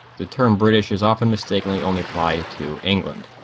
the term british is often mistakenly only applied to england.